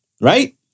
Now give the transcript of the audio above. right